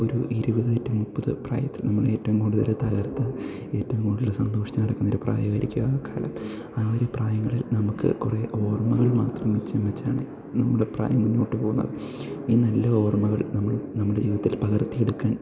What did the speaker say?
ഒരു ഇരുപത് റ്റു മുപ്പത് പ്രായത്തിൽ നമ്മളേറ്റവും കൂടുതൽ തകർത്ത ഏറ്റവും കൂടുതൽ സന്തോഷിച്ച് നടക്കുന്നൊരു പ്രായമായിരിക്കും ആ കാലം ആ ഒരു പ്രായങ്ങളിൽ നമുക്ക് കുറേ ഓർമ്മകൾ മാത്രം മിച്ചം വെച്ചാണ് നമ്മുടെ പ്രായം മുന്നോട്ട് പോകുന്നത് ഈ നല്ല ഓർമ്മകൾ നമ്മൾ നമ്മുടെ ജീവിതത്തിൽ പകർത്തിയെടുക്കാൻ